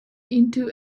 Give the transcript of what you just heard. into